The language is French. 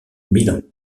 milan